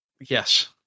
Yes